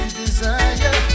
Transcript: desire